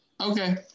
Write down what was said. Okay